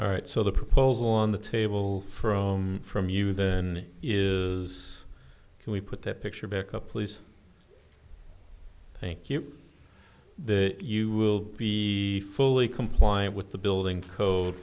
all right so the proposal on the table from from you then is can we put that picture back up please thank you the you will be fully compliant with the building code